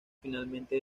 finalmente